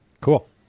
Cool